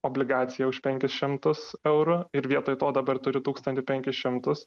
obligaciją už penkis šimtus eurų ir vietoj to dabar turiu tūkstantį penkis šimtus